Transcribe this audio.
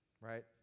Right